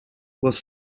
was